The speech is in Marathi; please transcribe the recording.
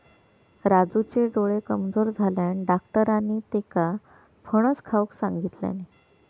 राजूचे डोळे कमजोर झाल्यानं, डाक्टरांनी त्येका फणस खाऊक सांगितल्यानी